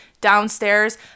downstairs